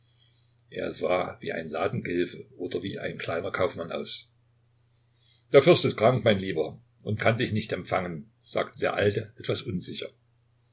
er sah wie ein ladengehilfe oder wie ein kleiner kaufmann aus der fürst ist krank mein lieber und kann dich nicht empfangen sagte der alte etwas unsicher